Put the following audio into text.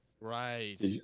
Right